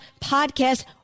podcast